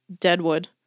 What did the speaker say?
Deadwood